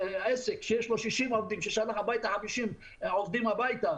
עסק שיש לו 60 עובדים ששלח הביתה 50 עובדים הביתה,